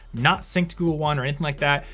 not synced to google one or anything like that,